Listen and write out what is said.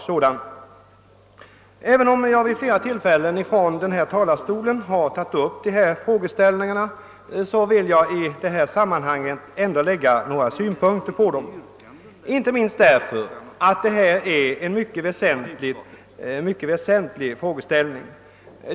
Trots att jag tagit upp dessa frågor från denna talarstol vid flera tillfällen vill jag ändå lägga några synpunkter på dem i detta sammanhang, inte minst därför att det här gäller en mycket väsentlig frågeställning.